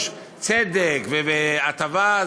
צדק והטבה,